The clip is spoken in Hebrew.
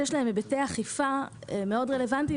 שיש להם היבטי אכיפה מאוד רלוונטיים,